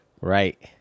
Right